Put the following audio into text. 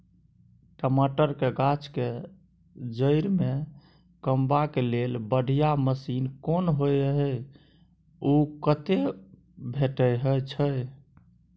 टमाटर के गाछ के जईर में कमबा के लेल बढ़िया मसीन कोन होय है उ कतय भेटय छै?